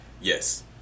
Yes